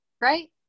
right